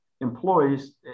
employees